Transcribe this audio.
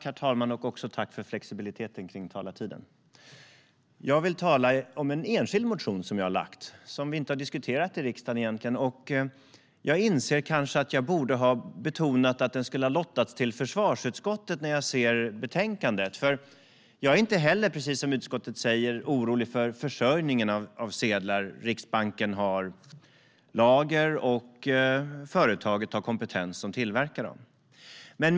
Herr talman! Jag ska tala om en enskild motion som jag har väckt och som vi egentligen inte har diskuterat i riksdagen. När jag ser betänkandet inser jag att jag kanske borde ha betonat att den skulle lottas till försvarsutskottet. Jag är likt utskottet inte orolig för försörjningen av sedlar. Riksbanken har lager, och företaget som tillverkar dem har kompetens.